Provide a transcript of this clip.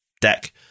deck